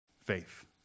faith